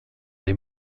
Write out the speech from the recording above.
les